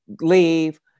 leave